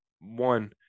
one